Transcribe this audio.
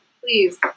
Please